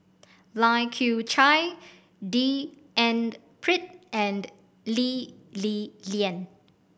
Lai Kew Chai D and Pritt and Lee Li Lian